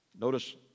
Notice